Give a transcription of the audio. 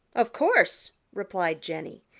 of course, replied jenny.